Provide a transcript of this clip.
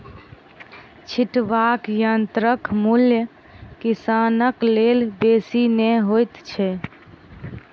छिटबाक यंत्रक मूल्य किसानक लेल बेसी नै होइत छै